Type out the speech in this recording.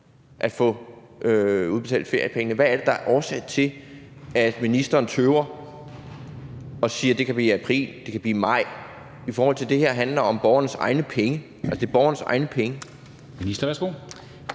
at få udbetalt feriepengene? Hvad er det, der er årsag til, at ministeren tøver og siger, at det kan blive i april, det kan blive i maj, i forhold til at det her handler om borgernes egne penge? Altså, det er borgernes egne penge.